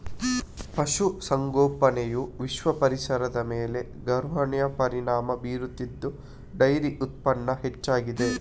ಪಶು ಸಂಗೋಪನೆಯು ವಿಶ್ವ ಪರಿಸರದ ಮೇಲೆ ಗಮನಾರ್ಹ ಪರಿಣಾಮ ಬೀರುತ್ತಿದ್ದು ಡೈರಿ ಉತ್ಪನ್ನ ಹೆಚ್ಚಾಗಿದೆ